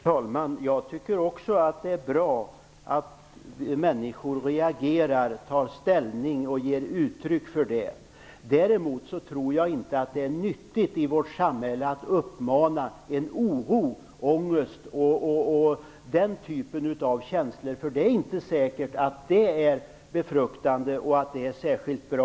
Herr talman! Jag tycker också att det är bra att människor reagerar, tar ställning och ger uttryck för sin åsikt. Däremot tror jag inte att det är nyttigt att i vårt samhälle uppamma oro, ångest och den typen av känslor, för det är inte säkert att det är befruktande och att det är särskilt bra.